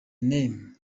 name